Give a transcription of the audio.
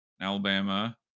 Alabama